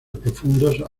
profundos